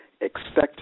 expected